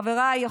חבריי,